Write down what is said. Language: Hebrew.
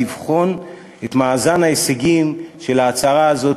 לבחון את מאזן ההישגים של ההצהרה הזאת,